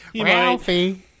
Ralphie